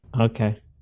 Okay